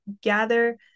gather